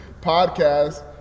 podcast